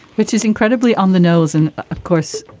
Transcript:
which is incredibly on the nose and, of course,